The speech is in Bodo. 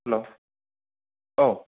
हेल्ल' औ